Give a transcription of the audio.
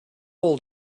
old